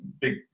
big